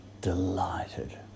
delighted